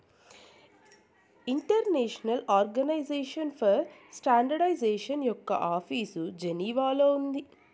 international organization for standardization యొక్క office జెనీవాలో ఉంది